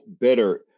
better